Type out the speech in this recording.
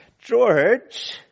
George